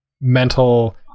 mental